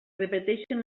repeteixen